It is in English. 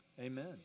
amen